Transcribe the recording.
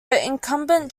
incumbent